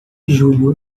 julho